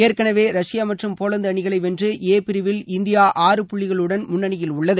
ஏற்கனவே ரஷ்யா மற்றும் போலந்து அணிகளை வென்று ஏ பிரிவில் இந்தியா ஆறு புள்ளிகளுடன் முன்னணியில் உள்ளது